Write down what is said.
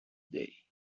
day